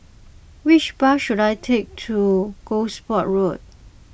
which bus should I take to Gosport Road